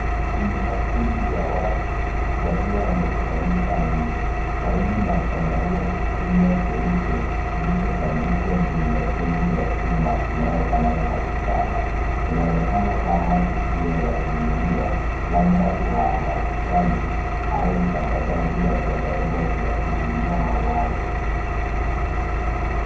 Ni makundi ya watu wakiwa wamekusanyika nje karibu na chandarua kikubwa cheupe kilichotandikwa juu ya fremu ya chuma inayofanana na kitanda. Inaonekana kama tukio la jumuiya labda uhamasishaji ama usambazaji wa vyandarua vya kuzuia malaria.